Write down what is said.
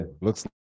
Looks